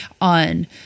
on